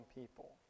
people